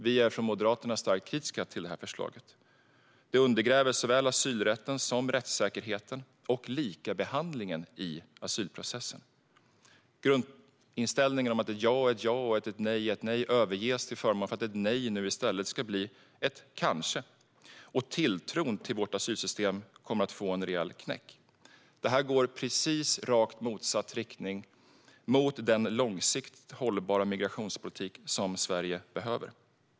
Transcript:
Vi från Moderaterna är starkt kritiska till detta förslag. Det undergräver såväl asylrätten som rättssäkerheten och likabehandlingen i asylprocessen. Grundinställningen att ett ja är ett ja och att ett nej är ett nej överges till förmån för att ett nej nu i stället ska bli ett kanske. Tilltron till vårt asylsystem kommer att få en rejäl knäck. Detta går i precis motsatt riktning mot den långsiktigt hållbara migrationspolitik som Sverige behöver.